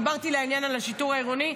דיברתי לעניין על השיטור העירוני,